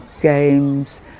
games